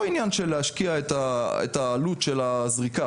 עניין של להשקיע את העלות של הזריקה,